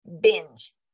binge